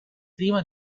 prima